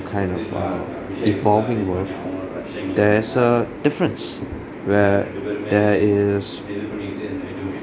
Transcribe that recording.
kind of err evolving world there's a difference where there is